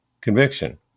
conviction